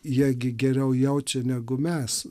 jie gi geriau jaučia negu mes